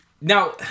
Now